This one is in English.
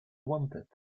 wanted